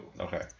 Okay